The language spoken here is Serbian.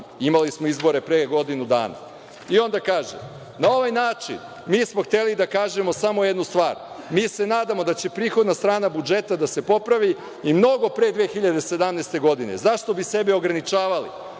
imali smo izbore pre godinu dana. Onda kaže: „Na ovaj način mi smo hteli da kažemo samo jednu stvar – mi se nadamo da će prihodna strana budžeta da se popravi i mnogo pre 2017. godine. Zašto bi sebe ograničavali?